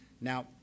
Now